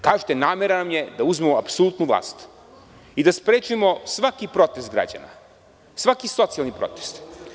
Kažite namera nam je da uzmemo apsolutnu vlast i da sprečimo svaki protest građana, svaki socijalni protest.